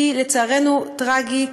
כי לצערנו, טרגי,